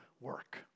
work